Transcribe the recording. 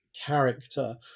character